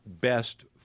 best